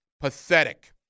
Pathetic